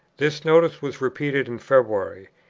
this notice was repeated in february,